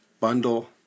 bundle